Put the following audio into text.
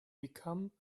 become